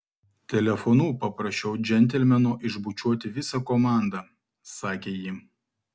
telefonu paprašiau džentelmeno išbučiuoti visą komandą sakė ji